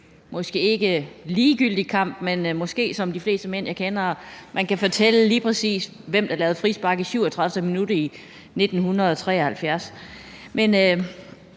måske ikke ligegyldig kamp. Men det er måske som med de fleste mænd, jeg kender: De kan fortælle lige præcis, hvem der lavede frispark i 37. minut i 1973. Men